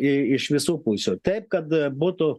į iš visų pusių taip kad būtų